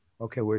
Okay